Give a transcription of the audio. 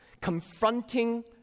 confronting